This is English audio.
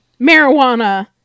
marijuana